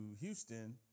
Houston